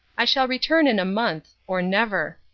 i shall return in a month or never.